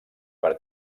per